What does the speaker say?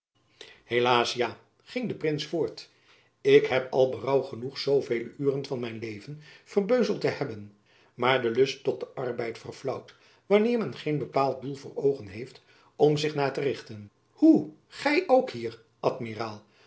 helaas ja ging de prins voort ik heb al berouw genoeg zoovele uren van mijn leven verbeuzeld te hebben maar de lust tot den arbeid verflaauwt wanneer men geen bepaald doel voor oogen heeft om zich naar te richten hoe gy ook hier amiraal